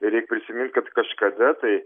reik prisimint kad kažkada tai